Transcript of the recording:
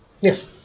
Yes